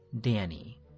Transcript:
Danny